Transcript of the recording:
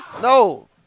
No